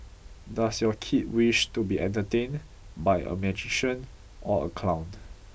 does your kid wish to be entertained by a magician or a clown